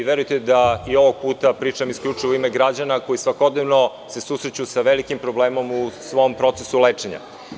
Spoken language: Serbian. Verujte da i ovog puta pričam isključivo u ime građana koji se svakodnevno susreću sa velikim problemom u svom procesu lečenja.